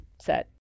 set